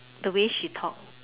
the way she talk